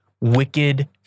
wicked